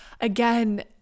again